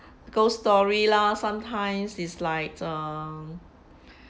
ghost story lor sometimes is like err